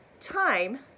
time